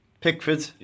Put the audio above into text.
Pickford